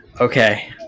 Okay